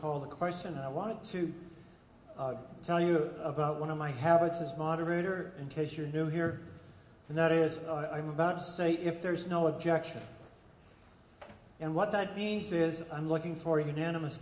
call the question i wanted to tell you about one of my habits as moderator in case you're new here and that is what i'm about to say if there is no objection and what that means is i'm looking for unanimous